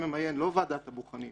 לא ועדת בוחנים,